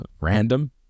random